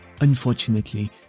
Unfortunately